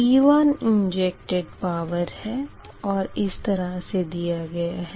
P1 injected power है और इस तरह से दिया गया है